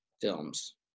films